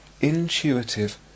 intuitive